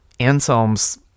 Anselm's